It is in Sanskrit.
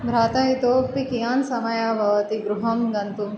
भ्राता इतोपि कीयान् समयः भवति गृहं गन्तुं